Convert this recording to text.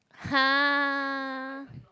!huh!